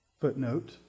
Footnote